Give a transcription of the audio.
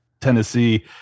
Tennessee